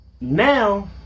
Now